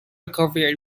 recovery